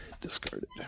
Discarded